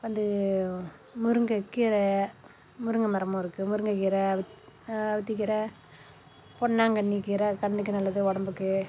வந்து முருங்கைக் கீரை முருங்கைக் மரமும் இருக்கு முருங்கை கீரை அகத்திக் கீரை பொன்னாங்கண்ணிக் கீரை கண்ணுக்கு ரொம்ப நல்லது உடம்புக்கு